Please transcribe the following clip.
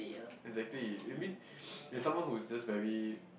exactly you mean there's someone who's just very